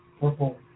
purple